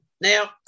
Now